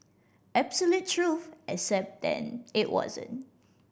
absolute truth except then it wasn't